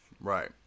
right